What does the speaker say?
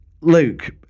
Luke